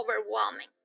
overwhelming